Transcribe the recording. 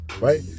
Right